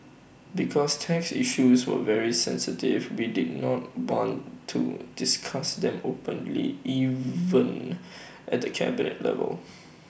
because tax issues were very sensitive we did not want to discuss them openly even at the cabinet level